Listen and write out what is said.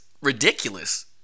ridiculous